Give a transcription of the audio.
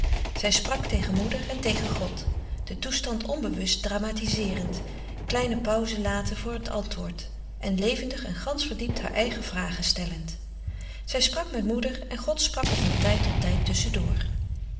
zij sprak tegen moeder en tegen god den toestand onbewust dramatiseerend kleine pauzen latend voor het antwoord en levendig en gansch verdiept haar eigen vragen stellend zij sprak met moeder en god sprak er van tijd tot tijd